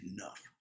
enough